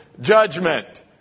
judgment